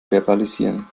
verbalisieren